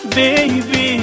baby